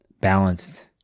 balanced